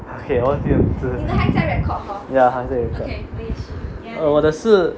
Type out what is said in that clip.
okay 我忘记了 ya 还在 record uh 我的是